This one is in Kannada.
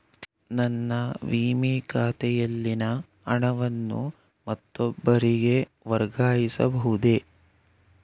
ನನ್ನ ವಿಮೆ ಖಾತೆಯಲ್ಲಿನ ಹಣವನ್ನು ಮತ್ತೊಬ್ಬರಿಗೆ ವರ್ಗಾಯಿಸ ಬಹುದೇ?